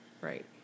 Right